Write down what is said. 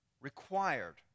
required